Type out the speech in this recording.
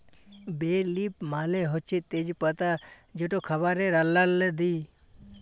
বে লিফ মালে হছে তেজ পাতা যেট খাবারে রাল্লাল্লে দিই